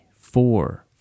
four